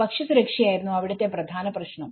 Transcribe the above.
ഭക്ഷ്യസുരക്ഷയായിരുന്നു അവിടുത്തെ പ്രധാന പ്രശ്നം